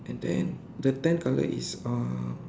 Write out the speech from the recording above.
and then the tent color is um